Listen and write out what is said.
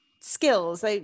skills